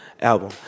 album